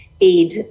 aid